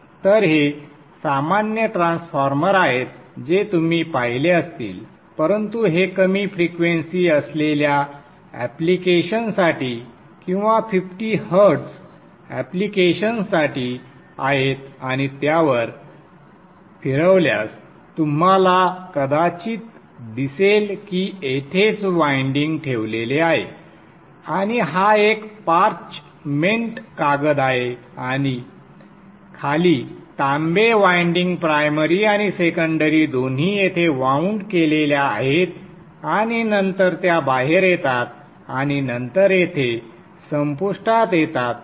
तर हे सामान्य ट्रान्सफॉर्मर आहेत जे तुम्ही पाहिले असतील परंतु हे कमी फ्रिक्वेंसी असलेल्या ऍप्लिकेशन्ससाठी किंवा 50 हर्ट्झ ऍप्लिकेशन्ससाठी आहेत आणि त्यावर फिरवल्यास तुम्हाला कदाचित दिसेल की येथेच वायंडिंग ठेवलेले आहे आणि हा एक पार्चमेंट कागद आहे आणि खाली तांबे वायंडिंग प्रायमरी आणि सेकंडरी दोन्ही येथे वाऊंड केलेल्या आहेत आणि नंतर त्या बाहेर येतात आणि नंतर येथे संपुष्टात येतात